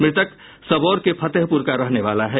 मृतक सबौर के फतेहपुर का रहने वाला है